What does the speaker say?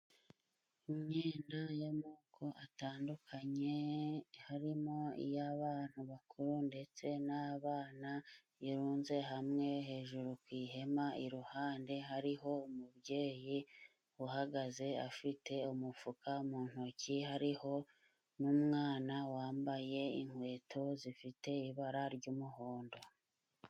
Imyenda y'amoko atandukanye harimo iy'abantu bakuru ndetse n'abana irunze hamwe hejuru ku ihema iruhande hariho umubyeyi uhagaze afite umufuka mu ntoki hariho n'umwana wambaye inkweto zifite ibara ry'umuhondo.